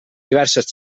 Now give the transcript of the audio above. diverses